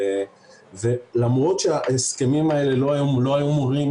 למרות שההסכמים האלה לא היו אמורים